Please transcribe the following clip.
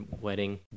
wedding